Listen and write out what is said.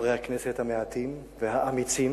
חברי הכנסת המעטים והאמיצים,